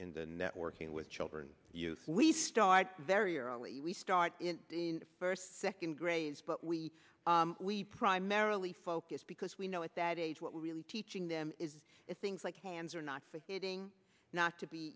networking with children use we start very early we start in the first second grades but we we primarily focus because we know at that age what we're really teaching them is if things like hands are not for hitting not to be